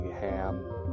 ham